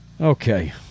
Okay